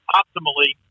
optimally